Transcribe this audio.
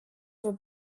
the